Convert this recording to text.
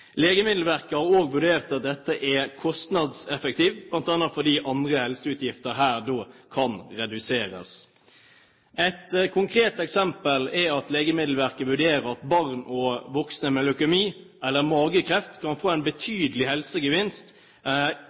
Legemiddelverket har også vurdert at dette er kostnadseffektivt, bl.a. fordi andre helseutgifter da kan reduseres. Et konkret eksempel er at Legemiddelverket vurderer at barn og voksne med leukemi eller magekreft kan få en betydelig helsegevinst